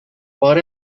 بار